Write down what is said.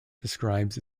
describes